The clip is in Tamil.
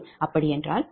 அப்படி என்றால்Pg1122